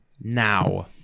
now